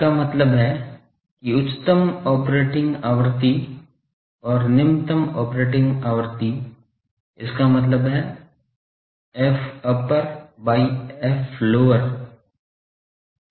इसका मतलब है कि उच्चतम ऑपरेटिंग आवृत्ति और निम्नतम ऑपरेटिंग आवृत्ति इसका मतलब है fupper by flower 3 है